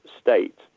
state